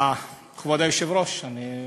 כבוד היושב-ראש, אני,